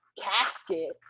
casket